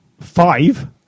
Five